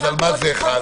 אז על מה זה חל?